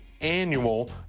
annual